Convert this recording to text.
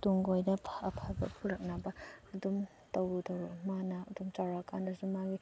ꯇꯨꯡ ꯀꯣꯏꯅ ꯑꯐꯕ ꯄꯨꯔꯛꯅꯕ ꯑꯗꯨꯝ ꯇꯧꯔꯨ ꯇꯧꯔꯨꯕꯗ ꯃꯥꯅ ꯑꯗꯨꯝ ꯆꯥꯎꯔꯛꯑꯀꯥꯟꯗꯁꯨ ꯃꯥꯒꯤ